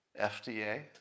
FDA